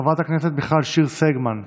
חברת הכנסת מיכל שיר סגמן,